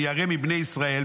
אני ירא מבני ישראל,